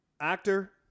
actor